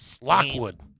Lockwood